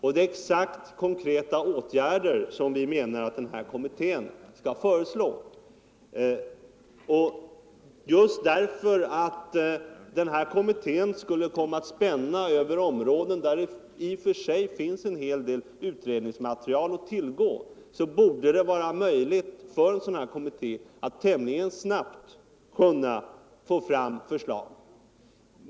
Ja, det är konkreta åtgärder som vi menar att den här kommittén skall föreslå, och just därför att kommittén skulle komma att spänna över områden där det i och för sig finns en hel del utredningsmaterial att tillgå borde det vara möjligt för kommittén att tämligen snabbt få fram förslag.